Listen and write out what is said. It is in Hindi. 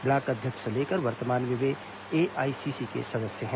ब्लॉक अध्यक्ष से लेकर वर्तमान में वे एआईसीसी के सदस्य हैं